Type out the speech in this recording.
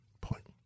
point